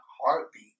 heartbeat